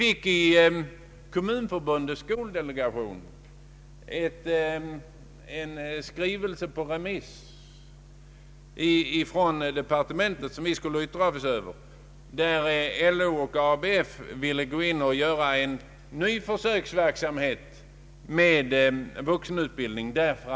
I Kommunförbundets skoldelegation fick vi på remiss en skrivelse från departementet som vi skulle yttra oss över, i vilken LO och ABF ville få till stånd en ny försöksverksamhet på vuxenutbildningens område.